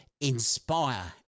inspire